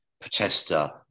protester